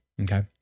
okay